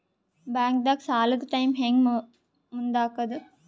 ಬ್ಯಾಂಕ್ದಾಗ ಸಾಲದ ಟೈಮ್ ಹೆಂಗ್ ಮುಂದಾಕದ್?